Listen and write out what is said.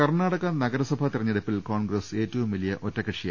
കർണാടക ന്ഗരസഭാ തെരഞ്ഞെടുപ്പിൽ കോൺഗ്രസ് ഏറ്റവും വലിയ ഒറ്റക്ക്ഷിയായി